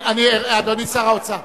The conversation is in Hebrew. אדוני שר האוצר.